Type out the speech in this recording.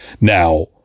now